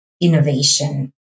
innovation